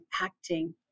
acting